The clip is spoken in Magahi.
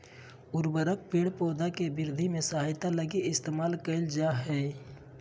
उर्वरक पेड़ पौधा के वृद्धि में सहायता लगी इस्तेमाल कइल जा हइ